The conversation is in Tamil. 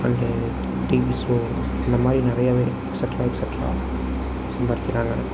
அண்டு டிவி ஸோ இந்தமாதிரி நிறையாவே இருக்குது எக்ஸ்சட்ரா எக்ஸ்சட்ரா சம்பாதிக்கிறாங்க